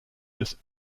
des